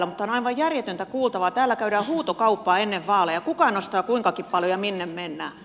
mutta on aivan järjetöntä kuultavaa täällä käydään huutokauppaa ennen vaaleja kuka nostaa kuinkakin paljon ja minne mennään